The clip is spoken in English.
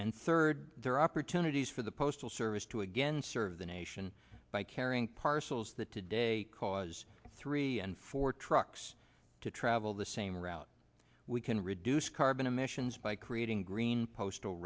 and third there are opportunities for the postal service to again serve the nation by carrying parcels that today cause three and four trucks to travel the same route we can reduce carbon emissions by creating green postal